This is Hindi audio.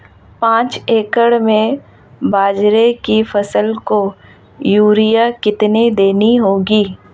पांच एकड़ में बाजरे की फसल को यूरिया कितनी देनी होगी?